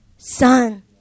Son